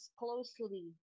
closely